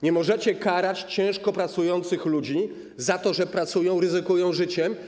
Nie możecie karać ciężko pracujących ludzi za to, że pracują i ryzykują życiem.